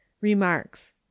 Remarks